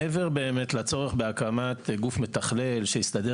מעבר לצורך בהקמת גוף מתכלל שיסדר